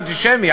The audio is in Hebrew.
"אנטישמי",